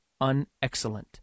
unexcellent